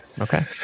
Okay